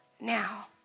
now